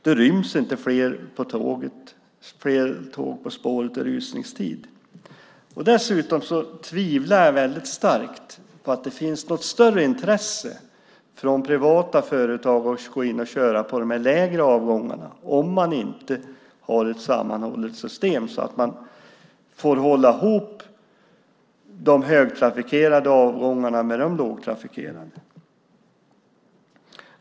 Det ryms inte fler tåg på spåret i rusningstid. Jag tvivlar starkt på att det finns något större intresse från privata företag att köra på de lägre trafikerade avgångarna om man inte har ett sammanhållet system så att man håller ihop de högtrafikerade avgångarna med de lågtrafikerade.